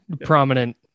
Prominent